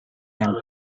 young